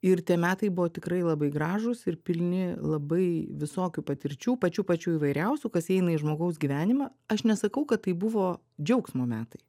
ir tie metai buvo tikrai labai gražūs ir pilni labai visokių patirčių pačių pačių įvairiausių kas įeina į žmogaus gyvenimą aš nesakau kad tai buvo džiaugsmo metai